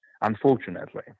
unfortunately